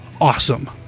awesome